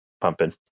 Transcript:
pumping